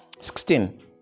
Sixteen